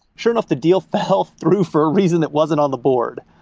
sure enough, the deal fell through for a reason that wasn't on the board,